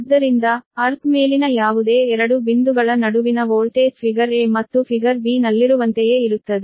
ಆದ್ದರಿಂದ ಅರ್ಥ್ ಮೇಲಿನ ಯಾವುದೇ 2 ಬಿಂದುಗಳ ನಡುವಿನ ವೋಲ್ಟೇಜ್ ಫಿಗರ್ a ಮತ್ತು ಫಿಗರ್ b ನಲ್ಲಿರುವಂತೆಯೇ ಇರುತ್ತದೆ